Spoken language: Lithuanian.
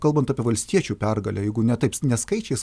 kalbant apie valstiečių pergalę jeigu ne taips ne skaičiais